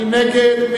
מי נגד?